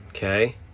Okay